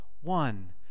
one